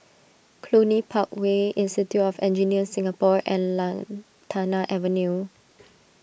Cluny Park Way Institute of Engineers Singapore and Lantana Avenue